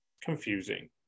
confusing